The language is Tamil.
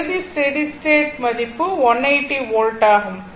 இறுதி ஸ்டெடி ஸ்டேட் மதிப்பு 180 வோல்ட் ஆகும்